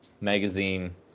magazine